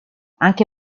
anche